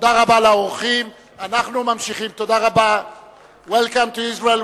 תודה רבה לאורחים.Welcome to Israel,